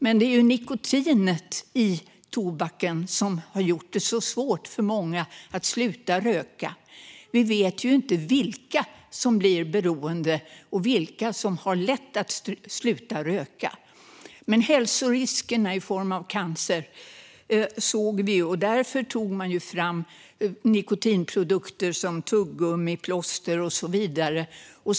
Men det är ju nikotinet i tobaken som gör det så svårt för många att sluta röka. Vi vet inte vilka som blir beroende och vilka som har lätt att sluta röka. Men hälsoriskerna i form av cancer såg vi, och därför tog man fram nikotinprodukter som tuggummi, plåster och så vidare.